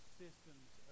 systems